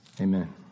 Amen